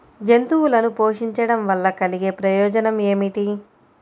జంతువులను పోషించడం వల్ల కలిగే ప్రయోజనం ఏమిటీ?